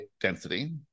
density